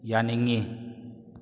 ꯌꯥꯅꯤꯡꯏ